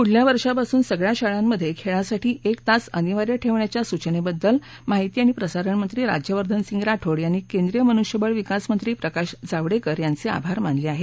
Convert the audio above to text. पुढच्या वर्षापासून सगळ्या शाळांमध्ये खेळासाठी एक तास अनिवार्य ठेवण्याच्या सूचनेबद्दल माहिती आणि प्रसारणमंत्री राज्यवर्धन सिंह राठोड यांनी केंद्रीय मनुष्यबळविकास मंत्री प्रकाश जावडेकर यांचे आभार मानले आहेत